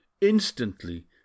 instantly